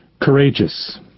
Courageous